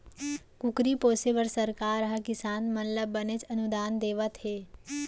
कुकरी पोसे बर सरकार हर किसान मन ल बनेच अनुदान देवत हे